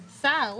שעופר